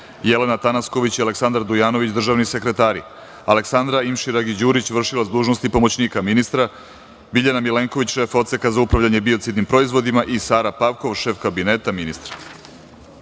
Jelena Tanasković i Aleksandar Dujanović, državni sekretari, Aleksandra Imširagić Đurić, vršilac dužnosti pomoćnika ministra, Biljana Milenković, šef Odseka za upravljanje biocidnim proizvodima i Sara Pavkov, šef kabineta ministra. Molim